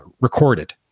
recorded